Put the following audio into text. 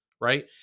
right